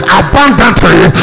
abundantly